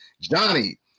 Johnny